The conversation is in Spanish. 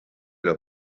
los